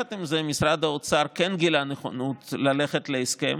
יחד עם זה, משרד האוצר כן גילה נכונות ללכת להסכם